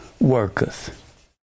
worketh